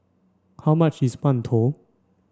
how much is Mantou